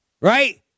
Right